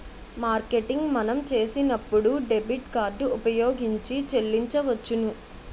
marketing మనం చేసినప్పుడు debit card ఉపయోగించి చెల్లించవచ్చును